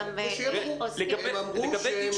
--- אבל גם צריך לעגן את זה, אולי, בחקיקה.